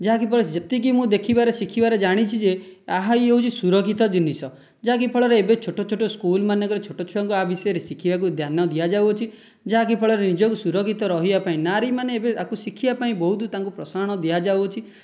ଯାହାକି ଫଳରେ ଯେତିକି ମୁଁ ଦେଖିବାରେ ଶିଖିବାରେ ଜାଣିଛି ଯେ ଆହା ହି ହେଉଛି ସୁରକ୍ଷିତ ଜିନିଷ ଯାହାକି ଫଳରେ ଏବେ ଛୋଟ ଛୋଟ ସ୍କୁଲ ମାନଙ୍କରେ ଛୋଟ ଛୁଆଙ୍କୁ ଆ ବିଷୟରେ ଶିଖିବାକୁ ଧ୍ୟାନ ଦିଅ ଯାଉଅଛି ଯାହାକି ଫଳରେ ନିଜକୁ ସୁରକ୍ଷିତ ରହିବା ପାଇଁ ନାରୀ ମାନେ ଏବେ ଆକୁ ଶିଖିବା ପାଇଁ ବହୁତ ତାଙ୍କୁ ପ୍ରସାରଣ ଦିଆଯାଉଅଛି